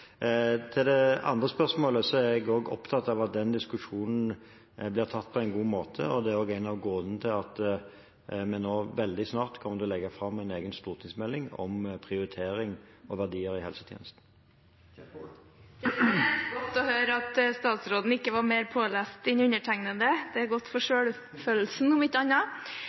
Til det andre spørsmålet: Jeg er også opptatt av at denne diskusjonen blir tatt på en god måte, og det er en av grunnene til at vi nå veldig snart kommer til å legge fram en egen stortingsmelding om prioritering og verdier i helsetjenesten. Godt å høre at statsråden ikke var mer belest enn undertegnede – det er godt for